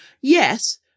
yes